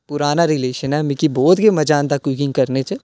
पुराना रिलेशन ऐ मिगी बहुत गै मजा आंदा ऐ कुकिंग करने च